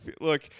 Look